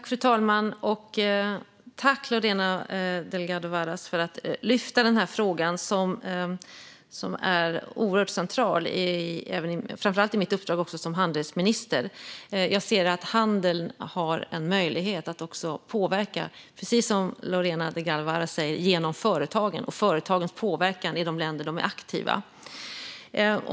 Fru talman! Jag tackar Lorena Delgado Varas för att hon lyfter den här frågan. Den är oerhört central, framför allt i mitt uppdrag som handelsminister. Jag anser att handeln, precis som Lorena Delgado Varas säger, har en möjlighet att påverka genom företagen och företagens påverkan i de länder där de är aktiva.